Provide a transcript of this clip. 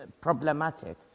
problematic